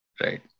right